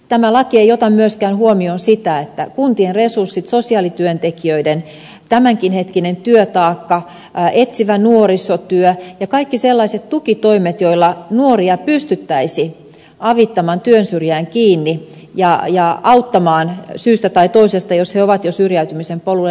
tämä laki ei ota myöskään huomioon sitä että kuntien resurssit sosiaalityöntekijöiden tämänhetkinen työtaakka etsivä nuorisotyö ja kaikki sellaiset tukitoimet joilla nuoria pystyttäisiin avittamaan työnsyrjään kiinni ja auttamaan syystä tai toisesta takaisin sille oikealle polulle jos he ovat jo syrjäytymisen polulle